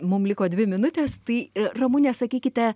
mum liko dvi minutės tai ramune sakykite